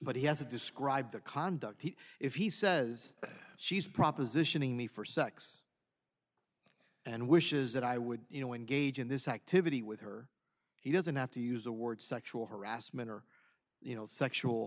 but he has to describe the conduct he if he says she's propositioning me for sex and wishes that i would you know engage in this activity with her he doesn't have to use a word sexual harassment or you know sexual